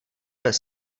bez